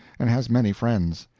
and has many friends.